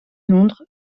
londres